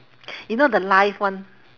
you know the live one